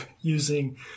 using